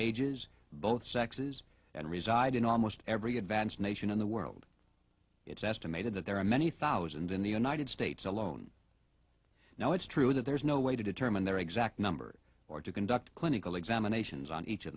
ages both sexes and reside in almost every advanced nation in the world it's estimated that there are many thousand in the united states alone now it's true that there's no way to determine their exact numbers or to conduct clinical examinations on each of